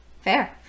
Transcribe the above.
Fair